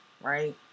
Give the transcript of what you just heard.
right